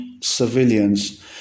civilians